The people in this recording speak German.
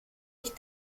ich